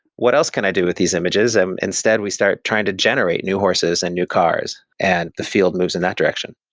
what else can i do with these images? and instead, we start trying to generate new horses and new cars and the field moves in that direction